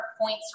points